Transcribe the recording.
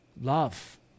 love